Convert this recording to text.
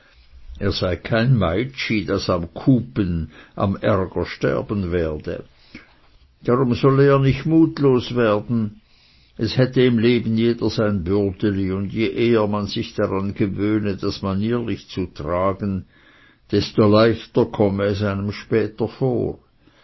er sei kein meitschi das am kupen am ärger sterben werde darum solle er nicht mutlos werden es hätte im leben jeder sein bürdeli und je eher man sich daran gewöhne das manierlich zu tragen desto leichter komme es einem später vor